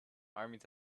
armies